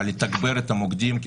לתגבר את המוקדים,